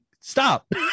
stop